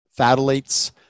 phthalates